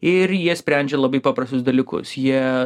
ir jie sprendžia labai paprastus dalykus jie